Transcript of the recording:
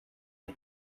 une